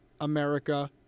America